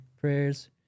prayers